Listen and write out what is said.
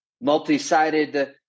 multi-sided